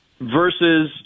versus